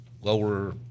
lower